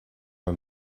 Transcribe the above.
and